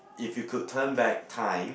if you could turn back time